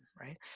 right